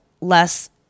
less